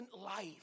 life